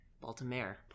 Baltimore